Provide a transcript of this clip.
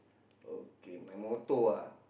okay my motto ah